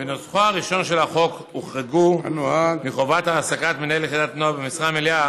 בנוסחו הראשון של החוק הוחרגו מחובת העסקת מנהל יחידת נוער במשרה מלאה